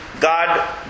God